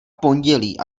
pondělí